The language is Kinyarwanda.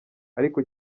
ariko